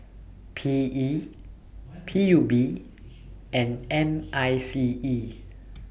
P E P U B and M I C E